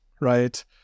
Right